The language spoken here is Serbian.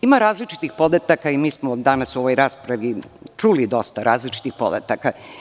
Ima različitih podataka i mi smo danas u ovoj raspravi čuli dosta različitih podataka.